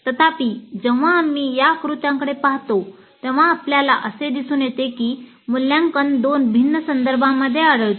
तथापि जेव्हा आम्ही या आकृत्याकडे पाहतो तेव्हा आपल्याला असे दिसून येते की मूल्यांकन दोन भिन्न संदर्भांमध्ये आढळते